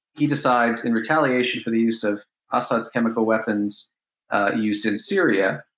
he decides in retaliation for the use of assad's chemical weapons use in syria,